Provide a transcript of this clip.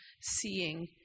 seeing